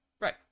Right